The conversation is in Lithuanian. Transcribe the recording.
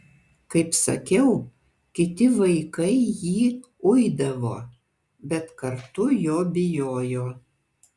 kaip sakiau kiti vaikai jį uidavo bet kartu jo bijojo